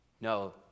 no